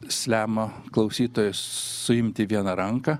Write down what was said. slemą klausytojus suimti viena ranka